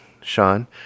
Sean